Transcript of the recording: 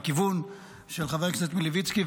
בכיוון של חבר הכנסת מלביצקי,